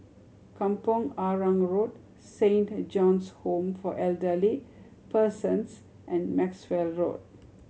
Kampong Arang Road Saint John's Home for Elderly Persons and Maxwell Road